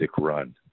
run